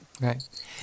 Right